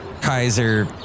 Kaiser